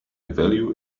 value